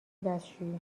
دستشویی